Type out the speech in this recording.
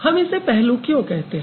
हम इसे पहलू क्यों कहते है